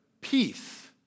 peace